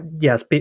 yes